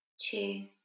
two